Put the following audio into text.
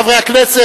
חברי הכנסת,